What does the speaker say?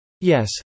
Yes